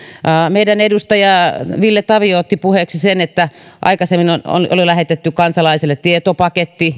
meidän edustajamme ville tavio otti puheeksi sen että aikaisemmin oli lähetetty kansalaisille tietopaketti